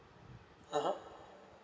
(uh huh)